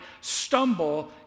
stumble